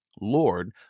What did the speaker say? Lord